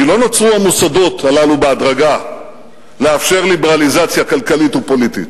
כי לא נוצרו המוסדות הללו בהדרגה לאפשר ליברליזציה כלכלית ופוליטית.